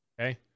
Okay